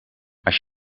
als